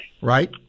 right